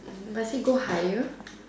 must it go higher